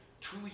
two